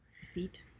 Defeat